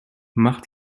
mach